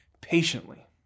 patiently